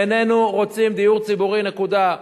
איננו רוצים דיור ציבורי, נקודה.